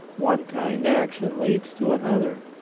one kind action leads to another.